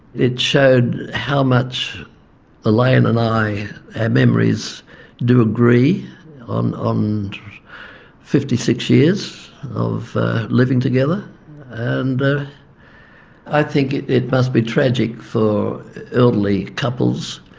it showed how much elaine and i our memories do agree on um fifty six years of living together and i think it it must be tragic for elderly couples